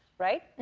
right? and